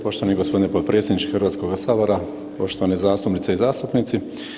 Poštovani gospodine potpredsjedniče Hrvatskoga sabora, poštovane zastupnice i zastupnici.